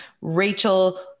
Rachel